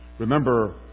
Remember